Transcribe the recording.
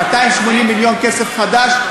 280 מיליון כסף חדש,